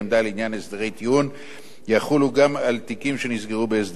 טיעון יחולו גם על תיקים שנסגרו בהסדר בשינויים המחויבים.